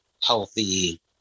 healthy